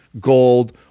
gold